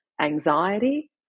anxiety